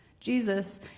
Jesus